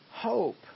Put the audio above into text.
hope